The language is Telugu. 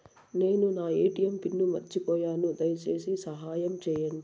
నేను నా ఎ.టి.ఎం పిన్ను మర్చిపోయాను, దయచేసి సహాయం చేయండి